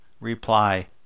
reply